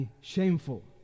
Shameful